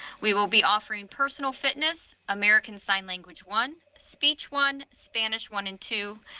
we will be offering personal fitness, american sign language one, speech one, spanish one and two,